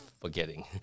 forgetting